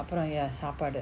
அபரோ:aparo ya சாப்பாடு:saapadu